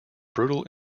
brutal